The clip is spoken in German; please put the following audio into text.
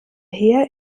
her